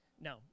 No